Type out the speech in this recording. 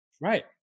Right